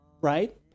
right